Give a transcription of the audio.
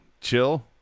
chill